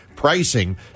pricing